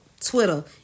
Twitter